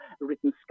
written